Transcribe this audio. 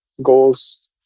goals